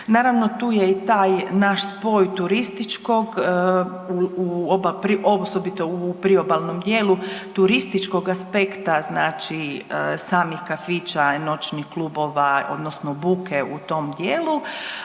Naravno, tu je i taj naš spoj turističkog u oba, osobito u priobalnom dijelu, turističkog aspekta, znači samih kafića, noćnih klubova, odnosno buke u tom dijelu,